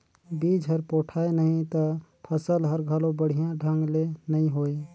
बिज हर पोठाय नही त फसल हर घलो बड़िया ढंग ले नइ होवे